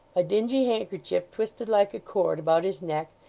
a dingy handkerchief twisted like a cord about his neck,